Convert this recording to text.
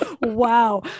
Wow